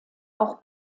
auch